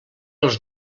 els